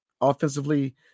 offensively